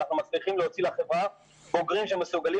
אנחנו מצליחים להוציא לחברה בוגרים שמסוגלים